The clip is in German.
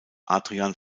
adrian